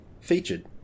featured